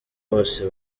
bose